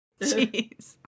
Jeez